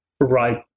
right